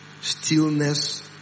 stillness